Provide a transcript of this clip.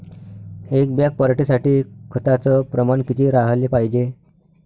एक बॅग पराटी साठी खताचं प्रमान किती राहाले पायजे?